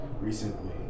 recently